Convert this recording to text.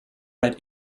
red